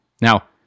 Now